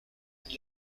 une